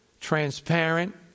transparent